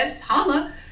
Holla